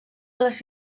les